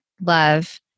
Love